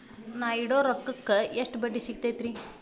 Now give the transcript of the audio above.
ನಾ ಇಡೋ ರೊಕ್ಕಕ್ ಎಷ್ಟ ಬಡ್ಡಿ ಸಿಕ್ತೈತ್ರಿ?